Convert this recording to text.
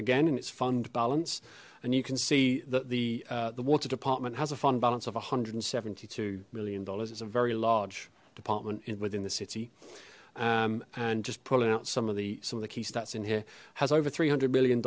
again in its fund balance and you can see that the the water department has a fund balance of one hundred and seventy two million dollars it's a very large department in within the city and just pulling out some of the some of the key stats in here has over three hundred million